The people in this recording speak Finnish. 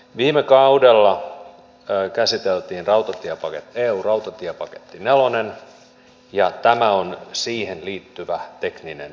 viime kaudella käsiteltiin eun rautatiepaketti nelonen ja tämä on siihen liittyvä tekninen osa